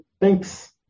Thanks